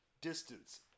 distance